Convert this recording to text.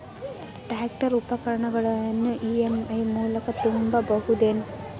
Tractor ಉಪಕರಣಗಳನ್ನು EMI ಮೂಲಕ ತುಂಬಬಹುದ ಏನ್?